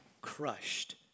Crushed